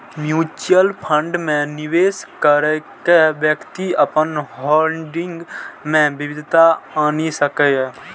mutual fund मे निवेश कैर के व्यक्ति अपन होल्डिंग मे विविधता आनि सकैए